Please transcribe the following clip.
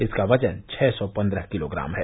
इसका वजन छः सौ पन्द्रह किलोग्राम है